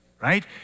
Right